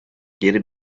geri